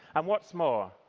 um what's more?